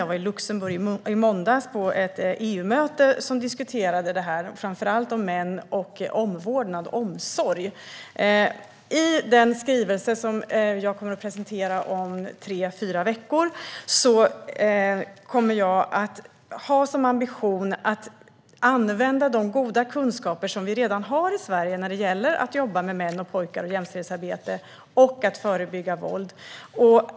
Jag var i Luxemburg i måndags på ett EU-möte där man diskuterade det här, framför allt män och omvårdnad och omsorg. I den skrivelse som jag kommer att presentera om tre fyra veckor kommer jag att ha som ambition att använda de goda kunskaper som vi redan har i Sverige när det gäller att jobba med män och pojkar och jämställdhetsarbete och att förebygga våld.